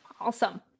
Awesome